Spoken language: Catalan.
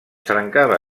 trencava